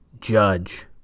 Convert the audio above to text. Judge